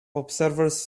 observers